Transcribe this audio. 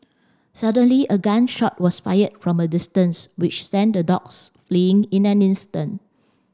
suddenly a gun shot was fired from a distance which sent the dogs fleeing in an instant